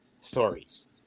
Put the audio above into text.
stories